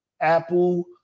Apple